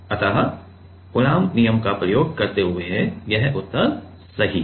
अत कूलॉम नियम का प्रयोग करते हुए यह सही उत्तर है